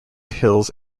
hills